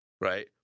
right